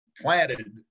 planted